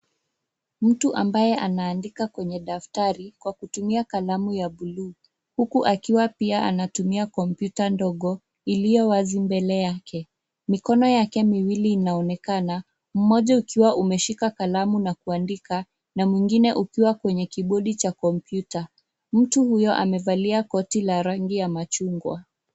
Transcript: Mtu ambaye anaandika kwenye daftari kwa kutumia kalamu ya buluu huku akiwa akiwa pia anatumia kompyuta ndogo iliyo wazi mbele yake. Mikono yake miwili inaonekana, mmoja ukiwa umeshika kalamu na kuandika, na mwingine ukiwa kwenye kibodi cha kompyuta. Mtu huyo amevalia koti la rangi ya machungwa.